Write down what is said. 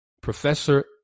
professor